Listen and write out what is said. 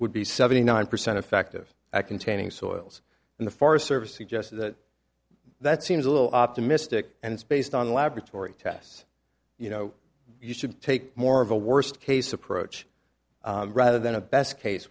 would be seventy nine percent effective at containing soils and the forest service suggests that that seems a little optimistic and it's based on laboratory tests you know you should take more of a worst case approach rather than a best case